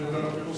ואפילו נוספות.